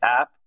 app